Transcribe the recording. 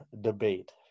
debate